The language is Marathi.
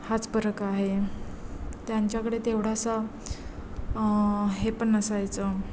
हाच फरक आहे त्यांच्याकडे तेवढासा हे पण नसायचं